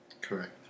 Correct